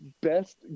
best